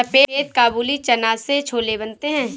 सफेद काबुली चना से छोले बनते हैं